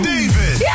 David